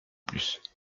plus